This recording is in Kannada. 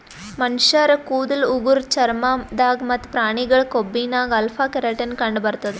ಮನಶ್ಶರ್ ಕೂದಲ್ ಉಗುರ್ ಚರ್ಮ ದಾಗ್ ಮತ್ತ್ ಪ್ರಾಣಿಗಳ್ ಕೊಂಬಿನಾಗ್ ಅಲ್ಫಾ ಕೆರಾಟಿನ್ ಕಂಡಬರ್ತದ್